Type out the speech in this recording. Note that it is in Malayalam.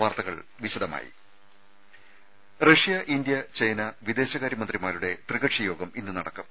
വാർത്തകൾ വിശദമായി റഷ്യ ഇന്ത്യ ചൈന വിദേശകാര്യ മന്ത്രിമാരുടെ ത്രികക്ഷി യോഗം ഇന്ന് നടക്കും